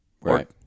Right